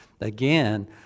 Again